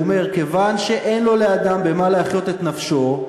הוא אומר: כיוון שאין לו לאדם במה להחיות את נפשו,